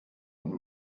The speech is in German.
und